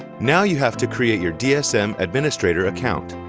now you have to create your dsm administrator account.